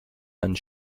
einen